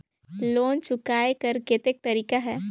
Loan चुकाय कर कतेक तरीका है?